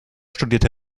studierte